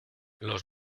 los